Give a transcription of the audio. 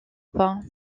pas